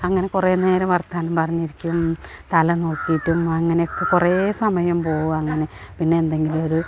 അങ്ങന കുറെ നേരം വർത്താനം പറഞ്ഞിരിക്കും തല നോക്കിയിട്ടും അങ്ങനെ ഒക്കെ കുറെ സമയം പോവും അങ്ങനെ പിന്നെ എന്തെങ്കിലും ഒരു